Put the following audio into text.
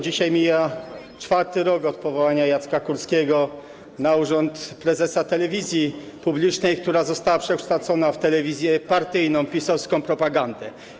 Dzisiaj mija czwarty rok od powołania Jacka Kurskiego na urząd prezesa telewizji publicznej, która została przekształcona w telewizję partyjną, PiS-owską propagandę.